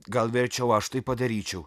gal verčiau aš tai padaryčiau